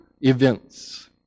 events